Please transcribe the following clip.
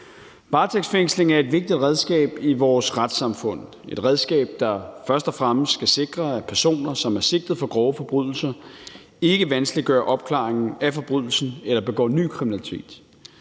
Varetægtsfængsling er et vigtigt redskab i vores retssamfund – et redskab, der først og fremmest skal sikre, at personer, som er sigtet for grove forbrydelser, ikke vanskeliggør opklaringen af forbrydelsen eller begår ny kriminalitet.